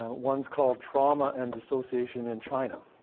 um one's called trauma and dissociation in china,